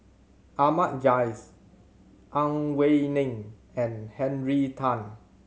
Ahmad Jais Ang Wei Neng and Henry Tan